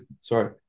sorry